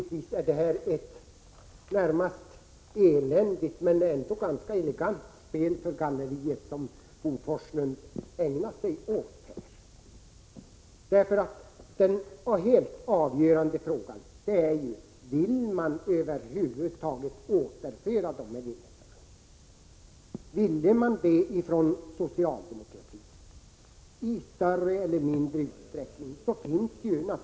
Det är ett närmast eländigt men ändå ganska elegant spel för galleriet som Bo Forslund ägnar sig åt. Den helt avgörande frågan är om socialdemokraterna i större eller mindre utsträckning vill återföra dessa vinster till kommunerna.